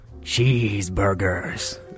Cheeseburgers